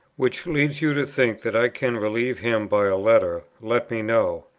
which leads you to think that i can relieve him by a letter, let me know.